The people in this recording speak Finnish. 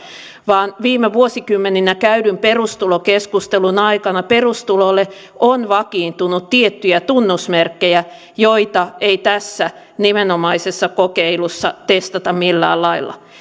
vaan viime vuosikymmeninä käydyn perustulokeskustelun aikana perustulolle on vakiintunut tiettyjä tunnusmerkkejä joita ei tässä nimenomaisessa kokeilussa testata millään lailla